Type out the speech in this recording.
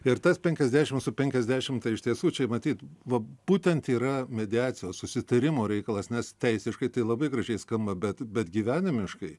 ir tas penkiasdešim su penkiasdešim tai iš tiesų čia matyt va būtent yra mediacijos susitarimo reikalas nes teisiškai tai labai gražiai skamba bet bet gyvenimiškai